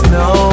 no